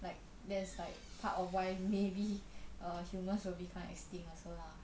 like that's like part of why maybe err humans will become extinct also lah